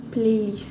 playlist